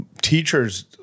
teachers